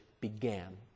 began